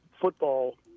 football